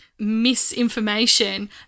misinformation